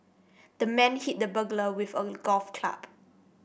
the man hit the burglar with a golf club